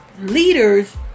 leaders